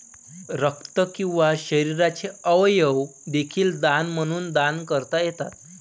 रक्त किंवा शरीराचे अवयव देखील दान म्हणून दान करता येतात